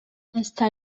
hasta